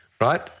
right